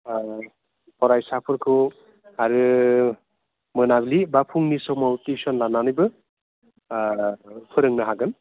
फरायसाफोरखौ आरो मोनाबिलि बा फुंनि समाव टिउसन लानानैबो फोरोंनो हागोन